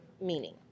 meaning